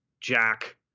Jack